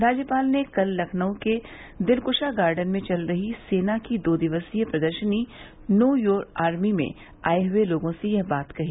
राज्यपाल ने कल लखनऊ के दिलक्शा गार्डन में चल रही सेना की दो दिवसीय प्रदर्शनी नो योर आर्मी में आये हुये लोगों से यह बात कही